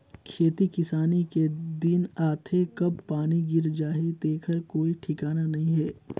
खेती किसानी के दिन आथे कब पानी गिर जाही तेखर कोई ठिकाना नइ हे